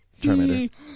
Terminator